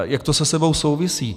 Jak to se sebou souvisí?